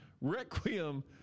Requiem